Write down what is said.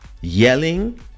yelling